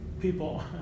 people